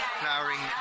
flowering